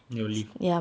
your leave